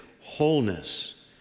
wholeness